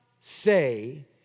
say